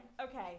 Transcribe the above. okay